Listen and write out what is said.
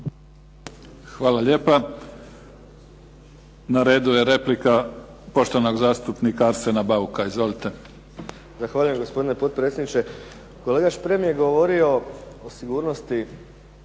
Hvala lijepa. Na redu je replika poštovanog zastupnika Arsena Bauka. Izvolite. **Bauk, Arsen (SDP)** Zahvaljujem gospodine potpredsjedniče. Kolega Šprem je govorio o sigurnosti,